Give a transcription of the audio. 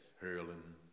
hurling